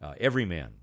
Everyman